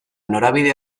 norabide